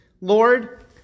Lord